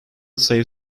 save